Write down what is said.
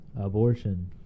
Abortion